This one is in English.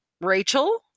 Rachel